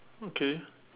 okay